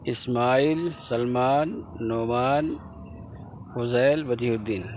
Ismail Salman Noman Fuzail Badih Uddin